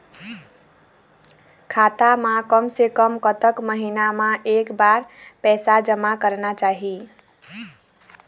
खाता मा कम से कम कतक महीना मा एक बार पैसा जमा करना चाही?